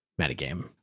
metagame